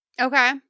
Okay